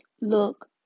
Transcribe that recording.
look